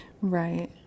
right